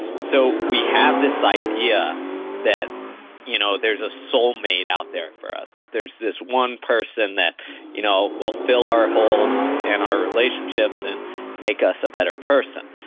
so, we have this idea that you know there's a soulmate out there for us. that there's this one person that you know will fill our holes in our relationships and make us a better person.